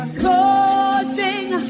Causing